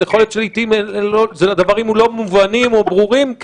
יכול להיות שלעיתים הדברים לא מובנים או לא ברורים מאליהם.